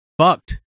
fucked